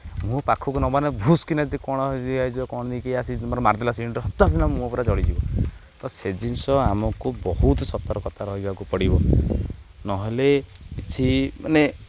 ମୁହଁ ପାଖକୁ ନେବାନି ଭୁସ୍ କିିନା ଯଦି କ'ଣ କ'ଣ ନେଇକି ମାରିଦେଲା ସିଲିଣ୍ଡର୍ ଦପ୍କିନା ମୁହଁ ପୁରା ଜଳିଯିବ ତ ସେ ଜିନିଷ ଆମକୁ ବହୁତ ସତର୍କତା ରହିବାକୁ ପଡ଼ିବ ନହେଲେ କିଛି ମାନେ